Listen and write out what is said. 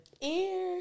ear